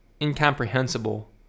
incomprehensible